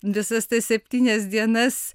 visas tas septynias dienas